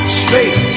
straight